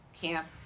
camp